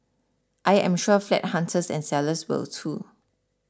I am sure flat hunters and sellers will too